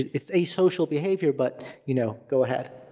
it's asocial behavior, but you know, go ahead.